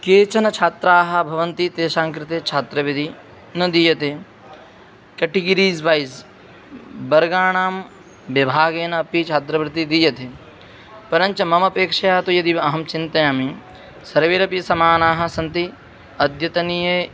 केचन छात्राः भवन्ति तेषां कृते छात्रवृद्धि न दीयते केटेगिरीज़ वैज़् वर्गाणां विभागेन अपि छात्रवृत्तिः दीयते परञ्च मम अपेक्षया तु यदि अहं चिन्तयामि सर्वेरपि समानाः सन्ति अद्यतनीये